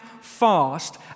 fast